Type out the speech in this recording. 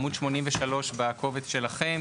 בעמוד 101 בקובץ שלפניכם.